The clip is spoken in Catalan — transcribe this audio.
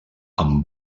amb